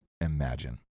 imagine